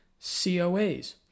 COAs